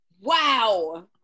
Wow